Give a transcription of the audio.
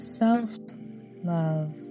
self-love